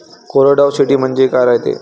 कोरडवाहू शेती म्हनजे का रायते?